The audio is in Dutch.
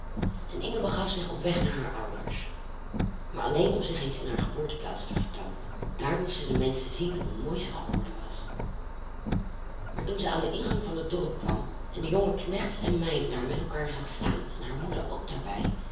en inge begaf zich op weg naar haar ouders maar alleen om zich eens in haar geboorteplaats te vertoonen daar moesten de menschen zien hoe mooi zij geworden was maar toen zij aan den ingang van het dorp kwam en de jonge knechts en meiden daar met elkaar zag staan en haar moeder ook daarbij